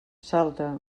salta